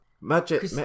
Magic